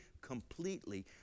completely